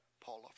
Paula